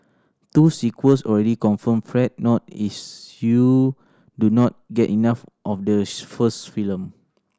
two sequels already confirmed Fret not is you do not get enough of the first film